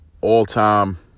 All-time